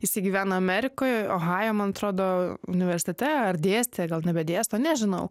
jisai gyvena amerikoj ohajo man atrodo universitete ar dėstė gal nebedėsto nežinau